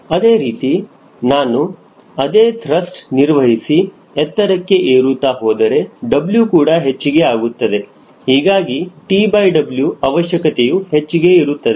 ಅದೇ ರೀತಿ ನಾನು ಅದೇ ತ್ರಸ್ಟ್ ನಿರ್ವಹಿಸಿ ಎತ್ತರಕ್ಕೆ ಏರುತ್ತಾ ಹೋದರೆ W ಕೂಡ ಹೆಚ್ಚಿಗೆ ಆಗುತ್ತದೆ ಹೀಗಾಗಿ TW ಅವಶ್ಯಕತೆಯು ಹೆಚ್ಚಿಗೆ ಆಗುತ್ತದೆ